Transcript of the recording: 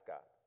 God